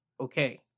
Okay